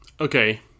Okay